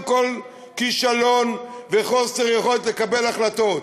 כול כישלון וחוסר יכולת לקבל החלטות,